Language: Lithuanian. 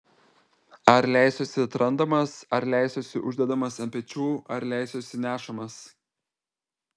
ar leisiuosi atrandamas ar leisiuosi uždedamas ant pečių ar leisiuosi nešamas